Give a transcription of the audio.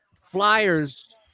Flyers